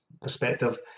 perspective